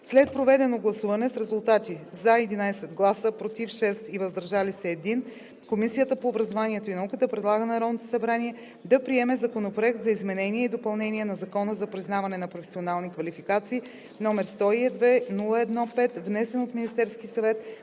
След проведено гласуване с резултати: „за“ 11 гласа, „против“ 6 и „въздържал се“ 1, Комисията по образованието и науката предлага на Народното събрание да приеме Законопроект за изменение и допълнение на Закона за признаване на професионални квалификации, № 102-01-5, внесен от Министерския съвет